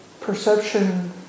perception